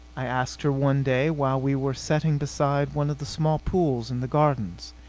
i asked her one day, while we were sitting beside one of the small pools in the gardens.